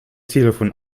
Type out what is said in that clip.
telefon